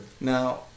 Now